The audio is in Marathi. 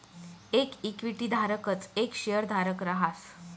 येक इक्विटी धारकच येक शेयरधारक रहास